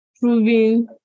proving